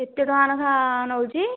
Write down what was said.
କେତେ ଟଙ୍କା ଲେଖାଁ ନଉଛି